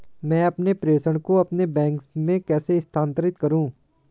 मैं अपने प्रेषण को अपने बैंक में कैसे स्थानांतरित करूँ?